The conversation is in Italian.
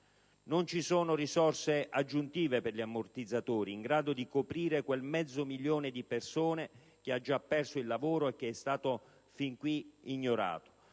Non ci sono risorse aggiuntive per gli ammortizzatori in grado di coprire quel mezzo milione di persone che ha già perso il lavoro e che è stato fin qui ignorato.